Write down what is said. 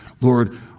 Lord